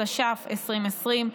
התש"ף 2020,